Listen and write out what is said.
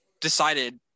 decided